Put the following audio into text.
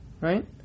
right